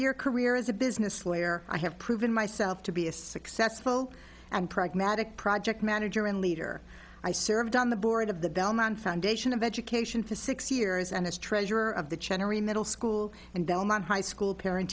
year career as a business lawyer i have proven myself to be a successful and pragmatic project manager and leader i served on the board of the belmont foundation of education for six years and as treasurer of the generally middle school and belmont high school parent